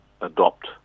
adopt